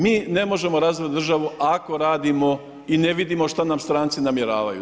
Mi ne možemo razvit državu ako radimo i ne vidimo šta nam stranci namjeravaju.